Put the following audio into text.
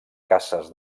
caces